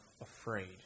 afraid